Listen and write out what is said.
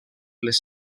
les